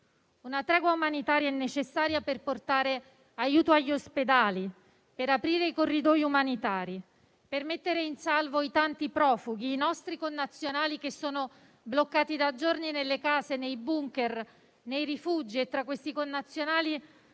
Una tregua umanitaria è necessaria per portare aiuto agli ospedali, aprire i corridoi umanitari e mettere in salvo i tanti profughi, tra cui nostri connazionali bloccati da giorni nelle case, nei *bunker* e nei rifugi. Tra questi connazionali